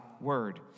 word